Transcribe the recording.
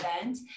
event